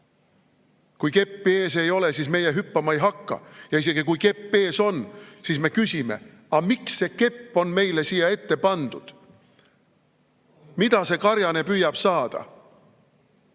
Kui keppi ees ei ole, siis meie hüppama ei hakka, ja isegi kui kepp ees on, siis me küsime, aga miks see kepp on meile siia ette pandud, mida see karjane püüab saada.